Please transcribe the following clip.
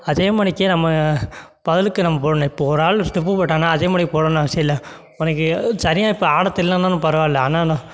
அதே மாரிக்கே நம்ம பதிலுக்கு நம்ம போடணும் இப்போ ஒரு ஆள் ஸ்டெப்பு போட்டாங்கன்னால் அதே மாதிரி போடணும்னு அவசியம் இல்லை உனக்கு சரியாக இப்போ ஆட தெரியலன்னாலும் பரவாயில்ல ஆனால் நான்